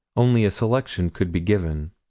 only a selection could be given.